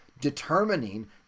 Determining